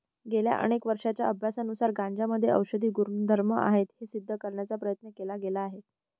गेल्या अनेक वर्षांच्या अभ्यासानुसार गांजामध्ये औषधी गुणधर्म आहेत हे सिद्ध करण्याचा प्रयत्न केला गेला आहे